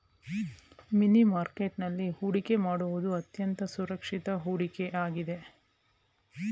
ಮನಿ market ನಲ್ಲಿ ಹೊಡಿಕೆ ಮಾಡುವುದು ಅತ್ಯಂತ ಸುರಕ್ಷಿತ ಹೂಡಿಕೆ ಆಗಿದೆ